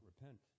repent